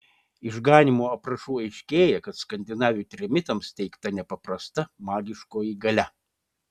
iš ganymo aprašų aiškėja kad skandinavių trimitams teikta nepaprasta magiškoji galia